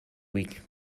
week